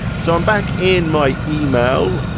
so i'm back in my email,